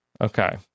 Okay